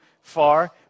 far